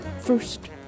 First